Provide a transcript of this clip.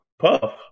Puff